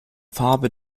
farbe